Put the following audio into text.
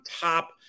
top